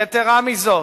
יתירה מזו,